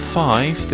five